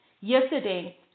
Yesterday